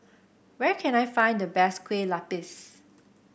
where can I find the best Kueh Lapis